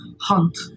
hunt